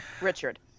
Richard